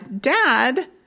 dad